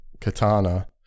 Katana